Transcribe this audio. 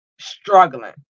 struggling